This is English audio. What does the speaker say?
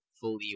fully